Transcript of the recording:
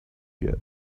yet